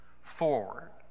forward